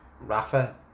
Rafa